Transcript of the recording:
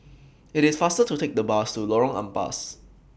IT IS faster to Take The Bus to Lorong Ampas